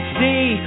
see